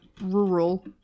rural